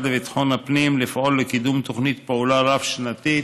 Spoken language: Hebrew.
לביטחון הפנים לפעול לקידום תוכנית פעולה רב-שנתית